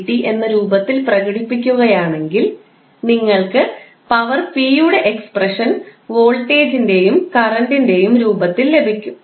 𝑑𝑞𝑑𝑡 എന്ന രൂപത്തിൽ പ്രകടിപ്പിക്കുകയാണെങ്കിൽ നിങ്ങൾക്ക് പവർ p യുടെ എക്സ്പ്രഷൻ വോൾട്ടേജിന്റെയും കറണ്ടിൻറെയും രൂപത്തിൽ ലഭിക്കും